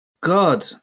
God